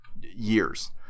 years